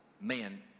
man